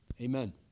amen